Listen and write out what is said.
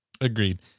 Agreed